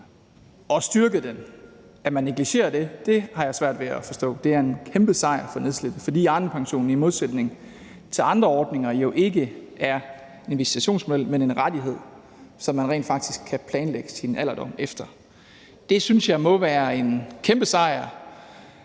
også styrket den. At man negligerer det, har jeg svært ved at forstå. Det er en kæmpe sejr for nedslidte, fordi Arnepensionen i modsætning til andre ordninger jo ikke er en visitationsmodel, men en rettighed, som man rent faktisk kan planlægge sin alderdom efter. Det synes jeg må være en kæmpe sejr.